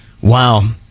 Wow